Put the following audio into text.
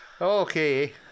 Okay